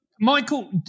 Michael